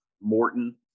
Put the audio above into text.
Morton